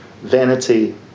vanity